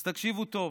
אז תקשיבו טוב,